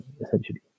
essentially